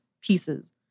pieces